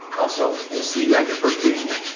also, we'll see you at your first reunion.